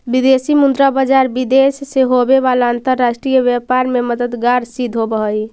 विदेशी मुद्रा बाजार विदेश से होवे वाला अंतरराष्ट्रीय व्यापार में मददगार सिद्ध होवऽ हइ